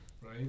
right